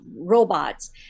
robots